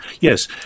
Yes